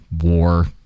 war